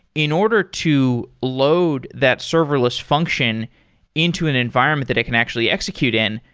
in order to load that serverless function into an environment that it can actually execute in,